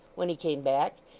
when he came back.